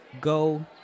go